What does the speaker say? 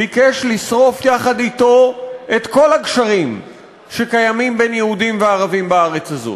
ביקש לשרוף יחד אתו את כל הגשרים שקיימים בין יהודים לערבים בארץ הזאת.